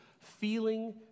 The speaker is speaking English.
feeling